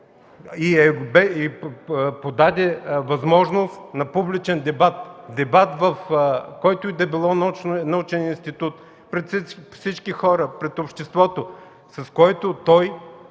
Подаде възможност за публичен дебат – дебат, в който и да било научен институт, пред всички хора, пред обществото, с който той